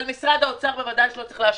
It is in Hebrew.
אבל משרד האוצר בוודאי שלא צריך לאשר,